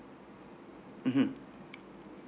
mmhmm